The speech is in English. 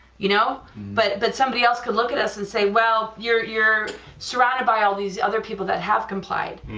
you know but but somebody else could look at us and say well you're you're surrounded by all these other people that have complied,